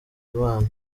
imana